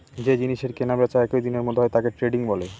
যে জিনিসের কেনা বেচা একই দিনের মধ্যে হয় তাকে দে ট্রেডিং বলে